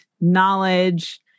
knowledge